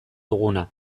duguna